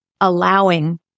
allowing